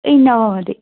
Innova മതി